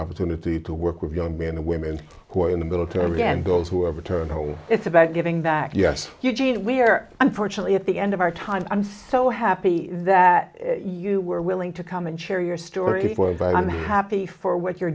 opportunity to work with young men and women who are in the military and those who have returned home it's about giving back yes eugene we're unfortunately at the end of our time i'm so happy that you were willing to come and share your story for you but i'm happy for what you're